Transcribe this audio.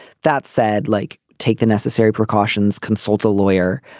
that said like take the necessary precautions consult a lawyer